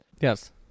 Yes